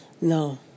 No